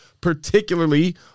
particularly